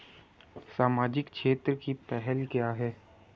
सामाजिक क्षेत्र की पहल क्या हैं?